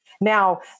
Now